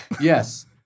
Yes